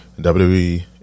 WWE